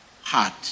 Heart